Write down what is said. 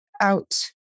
out